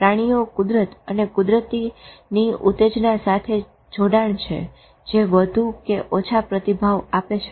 પ્રાણીઓ કુદરત અને કુદરતની ઉતેજના સાથે જોડાણ છે જે વધુ કે ઓછો પ્રતિભાવ આપે છે